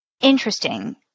interesting